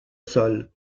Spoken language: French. sol